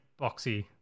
boxy